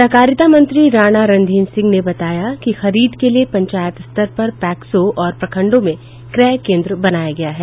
सहकारिता मंत्री राणा रणधीर सिंह ने बताया कि खरीद के लिए पंचायत स्तर पर पैक्सों और प्रखंडों में क्रय केन्द्र बनाया गया है